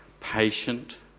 patient